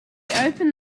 opened